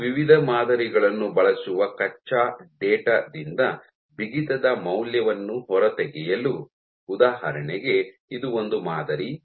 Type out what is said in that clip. ನೀವು ವಿವಿಧ ಮಾದರಿಗಳನ್ನು ಬಳಸುವ ಕಚ್ಚಾ ಡೇಟಾ ದಿಂದ ಬಿಗಿತದ ಮೌಲ್ಯವನ್ನು ಹೊರತೆಗೆಯಲು ಉದಾಹರಣೆಗೆ ಇದು ಒಂದು ಮಾದರಿ